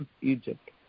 Egypt